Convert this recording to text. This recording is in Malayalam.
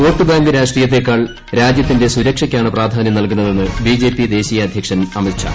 വോട്ടു ബാങ്കു രാഷ്ട്രീയത്തേക്കാൾ രാജ്യത്തിന്റെ സുരക്ഷയ്ക്കാണ് പ്രാധാനൃം നല്കുന്നതെന്ന് ബിജെപി ദേശീയ അദ്ധ്യക്ഷൻ അമിത്ഷാ